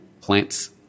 plants